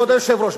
כבוד היושב-ראש,